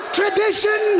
tradition